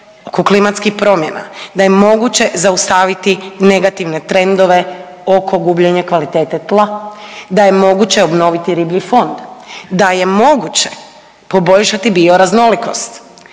da je moguće zaustaviti negativne trendove oko gubljenja kvalitete tla, da je moguće obnoviti riblji fond, da je moguće poboljšati bioraznolikost,